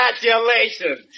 congratulations